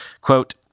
Quote